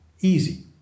Easy